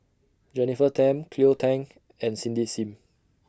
Jennifer Tham Cleo Thang and Cindy SIM